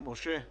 משה ברקת,